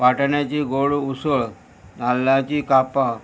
वाटची गोड उसळ नाल्लाची कापां